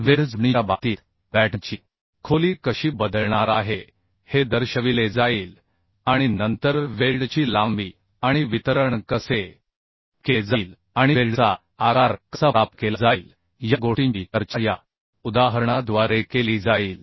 weld जोडणीच्या बाबतीत बॅटनची खोली कशी बदलणार आहे हे दर्शविले जाईल आणि नंतर वेल्डची लांबी आणि वितरण कसे केले जाईल आणि वेल्डचा आकार कसा प्राप्त केला जाईल या गोष्टींची चर्चा या उदाहरणाद्वारे केली जाईल